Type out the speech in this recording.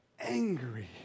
Angry